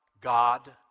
God